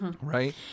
Right